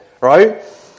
Right